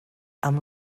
amb